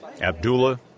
Abdullah